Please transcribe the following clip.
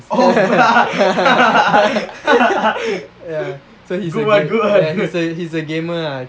ya so he's a gamer ah